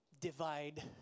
divide